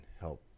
help